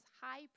high